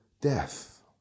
death